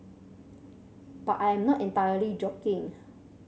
but I am not entirely joking